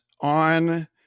on